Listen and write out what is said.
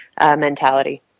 mentality